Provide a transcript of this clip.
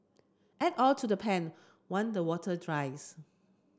add oil to the pan one the water dries